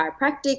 chiropractic